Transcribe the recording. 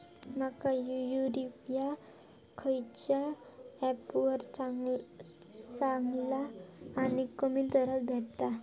माका युरिया खयच्या ऍपवर चांगला आणि कमी दरात भेटात?